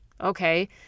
Okay